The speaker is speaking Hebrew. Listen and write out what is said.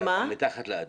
אפשר גם מתחת לאדמה.